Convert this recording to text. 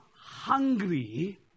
hungry